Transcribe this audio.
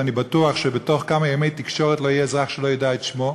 ואני בטוח שבתוך כמה ימי תקשורת לא יהיה אזרח שלא ידע את שמו,